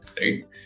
right